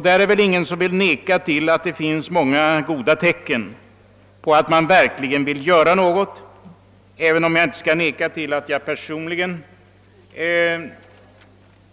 Det är väl ingen som vill bestrida att det finns många goda tecken som tyder på att man verkligen vill göra något, även om jag inte skall neka till att jag personligen